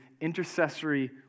intercessory